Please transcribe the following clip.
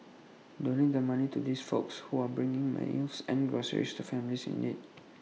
donate money to these folks who are bringing meals and groceries to families in need